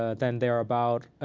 ah than they're about